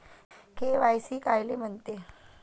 KYC कायले म्हनते?